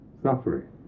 suffering